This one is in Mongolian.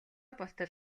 болтол